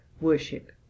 worship